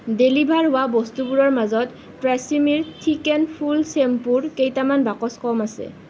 deliver হোৱা বস্তুবোৰৰ মাজত ট্ৰেছমিৰ থিক এণ্ড ফুল শ্বেম্পুৰ কেইটামান বাকচ কম আছে